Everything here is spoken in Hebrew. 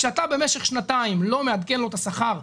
כשאתה במשך שנתיים לא מעדכן לו את השכר,